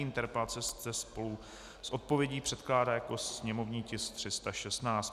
Interpelace se spolu s odpovědí předkládá jako sněmovní tisk 316.